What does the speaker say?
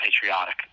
patriotic